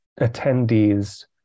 attendees